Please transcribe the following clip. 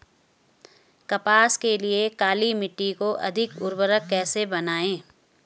कपास के लिए काली मिट्टी को अधिक उर्वरक कैसे बनायें?